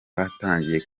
batangiye